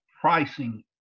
pricing